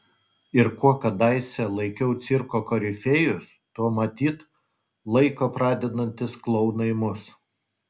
ir kuo kadaise laikiau cirko korifėjus tuo matyt laiko pradedantys klounai mus